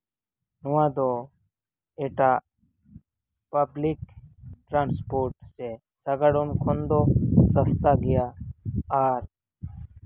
ᱱᱚᱣᱟ ᱫᱚ ᱮᱴᱟᱜ ᱯᱟᱵᱞᱤᱠ ᱴᱨᱟᱱᱥᱯᱳᱨᱴ ᱥᱮ ᱥᱟᱜᱟᱲᱚᱢ ᱠᱷᱚᱱ ᱫᱚ ᱥᱟᱥᱛᱟ ᱜᱮᱭᱟ ᱟᱨ